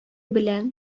белән